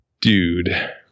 dude